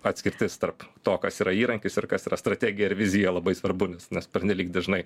atskirtis tarp to kas yra įrankis ir kas yra strategija ir vizija labai svarbu nes nes pernelyg dažnai